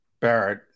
Barrett